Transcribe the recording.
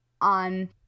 on